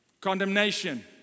condemnation